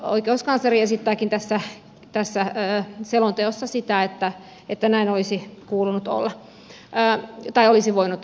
oikeuskansleri esittääkin tässä selonteossa sitä että näin olisi voinut olla